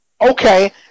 Okay